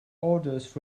orders